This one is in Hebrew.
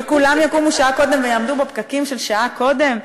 וכולם יקומו שעה קודם ויעמדו בפקקים של שעה קודם?